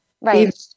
Right